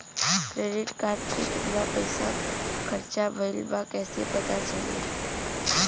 Credit card के कितना पइसा खर्चा भईल बा कैसे पता चली?